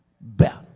better